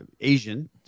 Asian